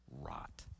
rot